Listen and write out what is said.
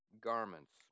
garments